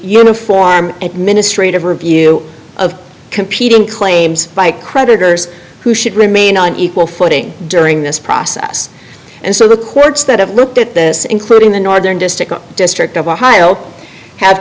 uniform administrative review of competing claims by creditors who should remain on equal footing during this process and so the courts that have looked at this including the northern district of ohio have